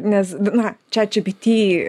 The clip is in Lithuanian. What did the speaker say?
nes na chat gpt